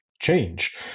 change